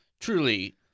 truly